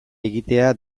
egitea